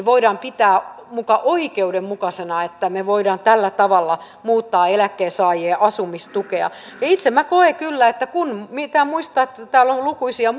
voidaan pitää muka oikeudenmukaisena että me voimme tällä tavalla muuttaa eläkkeensaajien asumistukea itse minä koen kyllä että pitää muistaa että että täällä on on lukuisia